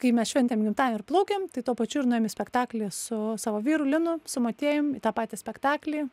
kai mes šventėm gimtadienį ir plaukėm tai tuo pačiu ir nuėjom į spektaklį su savo vyru linu su motiejum į tą patį spektaklį